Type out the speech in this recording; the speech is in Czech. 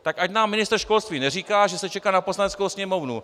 Tak ať nám ministr školství neříká, že se čeká na Poslaneckou sněmovnu.